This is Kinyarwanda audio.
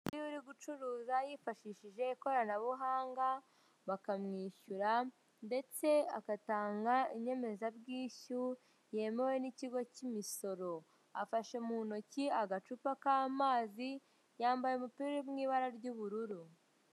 Umugore uri gucuruza yifashishije ikoranabuhanga bakamwishyura ndetse agatanga inyemezabwishyu yemewe n'ikigo cy'imisoro afashe mu ntoki agacupa k'amazi yambaye umupira mu ibara ry'ubururu.